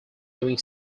doing